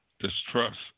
distrust